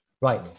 Right